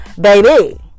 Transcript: Baby